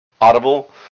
audible